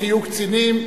תהיו קצינים,